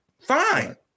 Fine